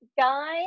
guy